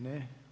Ne.